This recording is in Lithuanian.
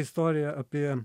istoriją apie